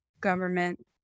government